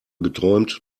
geträumt